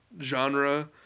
genre